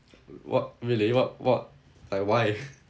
what really what what like why